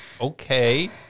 okay